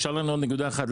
נשארה לנו עוד נקודה אחת,